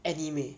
anime